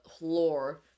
lore